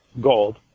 gold